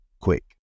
quick